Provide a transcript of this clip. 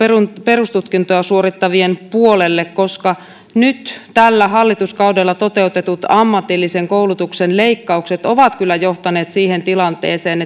perustutkintoa suorittavien puolelle koska nyt tällä hallituskaudella toteutetut ammatillisen koulutuksen leikkaukset ovat kyllä johtaneet siihen tilanteeseen